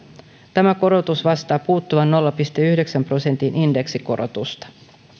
tämä korotus vastaa puuttuvan nolla pilkku yhdeksän prosentin indeksikorotusta